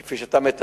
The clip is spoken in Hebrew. כפי שאתה מתאר,